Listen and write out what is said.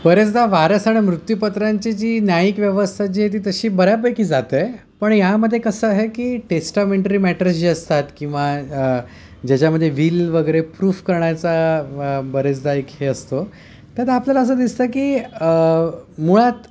बरेचदा वारस आणि मृत्युपत्रांची जी न्यायिक व्यवस्था जी आहे ती तशी बऱ्यापैकी जातं आहे पण यामध्ये कसं आहे की टेस्टामेंटरी मॅटर्स जे असतात किंवा ज्याच्यामध्ये विल वगैरे प्रूफ करण्याचा बरेचदा एक हे असतो त्यात आपल्याला असं दिसतं की मुळात